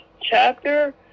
chapter